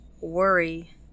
worry